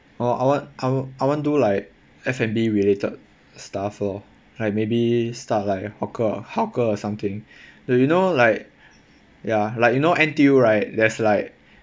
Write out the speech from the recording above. or I want I want do like F and B related stuff lor like maybe start like hawker hawker or something do you know like ya like you know N_T_U right that's like